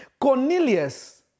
Cornelius